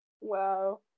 Wow